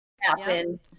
happen